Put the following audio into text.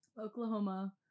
Oklahoma